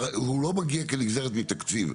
הוא לא מגיע כנגזרת מתקציב.